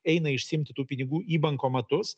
eina išsiimti tų pinigų į bankomatus